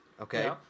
Okay